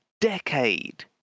decade